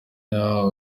yaho